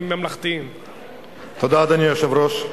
אדוני היושב-ראש,